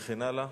וכן הלאה.